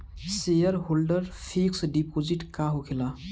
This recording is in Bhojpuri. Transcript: सेयरहोल्डर फिक्स डिपाँजिट का होखे ला?